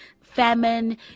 famine